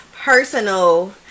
personal